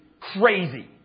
crazy